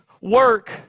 work